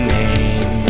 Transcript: name